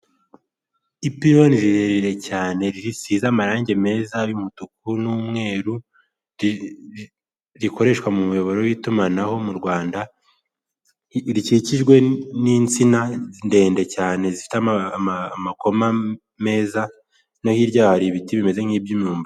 Ipironi rirerire cyane risize amarangi meza y'umutuku n'umweru rikoreshwa mu miyoboro w'itumanaho mu rwanda; rikikijwe n'insina ndende cyane zifite amakoma meza no hirya yaho hari ibiti bimeze nk'iby'imyumbati.